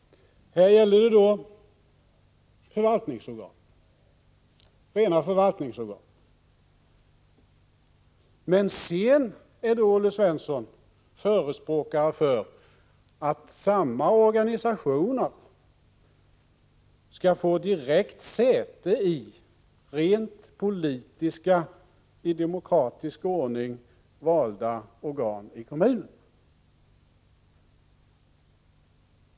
Här är det alltså fråga om rena förvaltningsorgan. Men Olle Svensson är förespråkare för att samma organisationer skall få direkt säte i rent politiska, i demokratisk ordning valda organ i kommunerna.